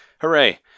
hooray